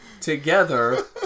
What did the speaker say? together